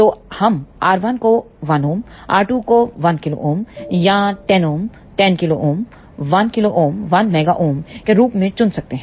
तो हम R1 को 1 Ω R2 को 1 kΩ या 10 Ω 10 kΩ 1 k Ω 1 MΩके रूप में चुन सकते हैं